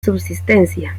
subsistencia